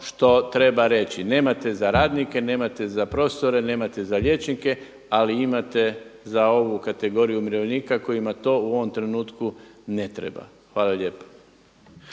što treba reći. Nemate za radnike, nemate za profesore, nemate za liječnike ali imate za ovu kategoriju umirovljenika kojima to u ovom trenutku ne treba. Hvala lijepo.